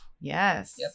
yes